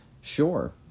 sure